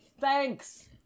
thanks